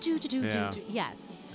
Yes